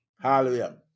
Hallelujah